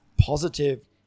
positive